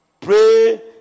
Pray